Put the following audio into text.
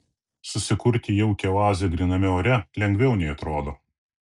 susikurti jaukią oazę gryname ore lengviau nei atrodo